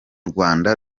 rwanda